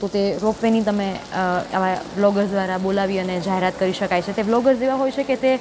તો તે રોપવેની તમે આવા બ્લોગર્સ દ્વારા બોલાવી અને જાહેરાત કરી શકાય છે તે બ્લોગર્સ એવાં હોય છે કે તે